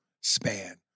span